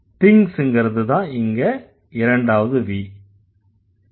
thinks ங்கறதுதான் இங்க இரண்டாவது V